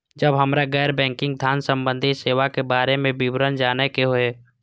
जब हमरा गैर बैंकिंग धान संबंधी सेवा के बारे में विवरण जानय के होय?